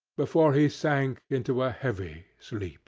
before he sank into a heavy sleep.